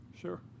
Sure